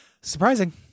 Surprising